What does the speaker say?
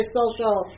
social